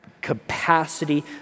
capacity